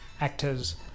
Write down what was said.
actors